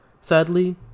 sadly